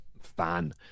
fan